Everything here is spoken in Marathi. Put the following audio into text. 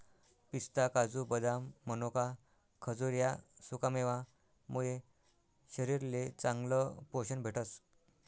पिस्ता, काजू, बदाम, मनोका, खजूर ह्या सुकामेवा मुये शरीरले चांगलं पोशन भेटस